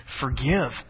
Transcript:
forgive